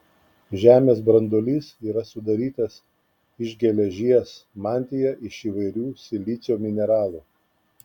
žemės branduolys yra sudarytas iš geležies mantija iš įvairių silicio mineralų